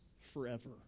forever